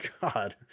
God